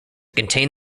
contain